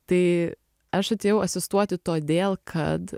tai aš atėjau asistuoti todėl kad